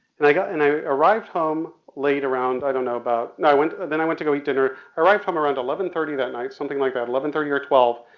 and i got, and i arrived home late, around i don't know about, i went, then i went to go eat dinner. i arrived home around eleven thirty that night, something like that, eleven thirty or twelve